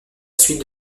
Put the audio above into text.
suite